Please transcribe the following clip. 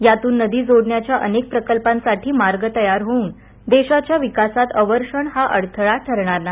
यातून नदी जोडण्याच्या अनेक प्रकल्पांसाठी मार्ग तयार होऊन देशाच्या विकासात अवर्षण हा अडथळा ठरणार नाही